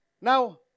Now